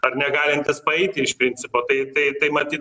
ar negalintis paeiti iš principo tai tai tai matyt